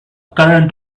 current